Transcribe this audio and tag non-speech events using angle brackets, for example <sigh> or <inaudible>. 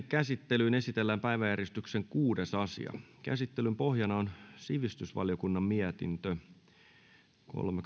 <unintelligible> käsittelyyn esitellään päiväjärjestyksen kuudes asia käsittelyn pohjana on sivistysvaliokunnan mietintö kolme <unintelligible>